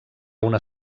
una